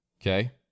Okay